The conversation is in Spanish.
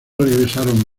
regresaron